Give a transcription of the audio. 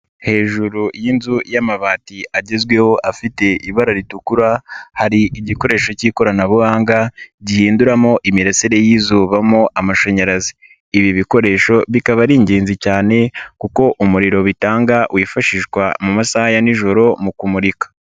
Hejuru y'inzu y'amabati agezweho afite ibara ritukura hari igikoresho k'ikoranabuhanga gihinduramo imirasire y'izuba mo amashanyarazi, ibi bikoresho bikaba ari ingenzi cyane kuko umuriro bitanga wifashishwa mu masaha ya nijoro mu kumurika.